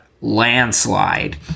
landslide